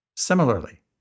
Similarly